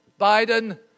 Biden